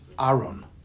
Aaron